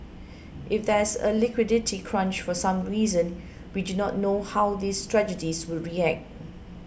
if there's a liquidity crunch for some reason we do not know how these strategies would react